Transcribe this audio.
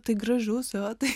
tai gražus o tai